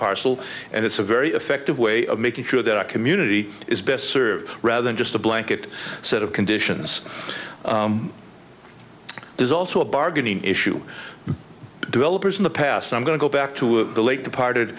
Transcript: parcel and it's a very effective way of making sure that our community is best served rather than just a blanket set of conditions there's also a bargaining issue developers in the past i'm going to go back to the late departed